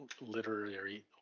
literary